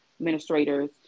administrators